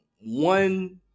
one